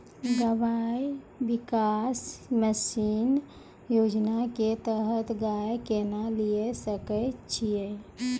गव्य विकास मिसन योजना के तहत गाय केना लिये सकय छियै?